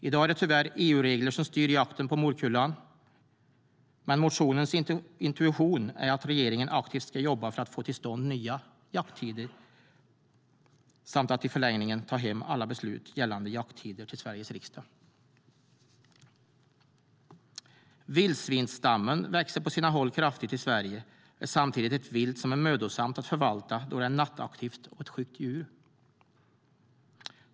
I dag är det tyvärr EU-regler som styr jakten på morkullan, men motionens intention är att regeringen aktivt ska jobba för att få till stånd nya jakttider samt att i förlängningen ta hem alla beslut gällande jakttider till Sveriges riksdag. Vildsvinsstammen växer på sina håll kraftigt i Sverige och är samtidigt ett vilt som är mödosamt att förvalta då det är ett nattaktivt och skyggt djur.